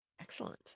Excellent